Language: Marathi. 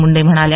मुंडे म्हणाल्या